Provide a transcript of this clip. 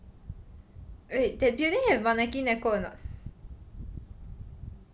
wait that building have Manekineko not